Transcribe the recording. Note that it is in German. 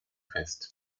fest